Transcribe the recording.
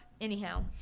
anyhow